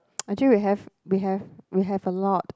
actually we have we have we have a lot